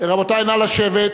נא לשבת.